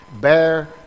bear